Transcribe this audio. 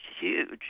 huge